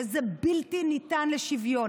וזה בלתי ניתן לשוויון.